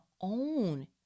own